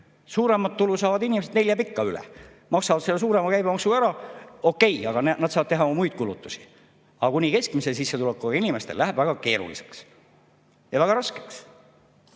Suuremat tulu saavatel inimestel jääb ikka raha üle, nemad maksavad selle suurema käibemaksu ka ära, okei, aga nad saavad teha ka muid kulutusi. Aga kuni keskmise sissetulekuga inimestel läheb väga keeruliseks ja väga raskeks.